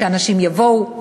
כדי שאנשים יבואו,